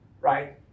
right